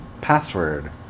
password